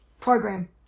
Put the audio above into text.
program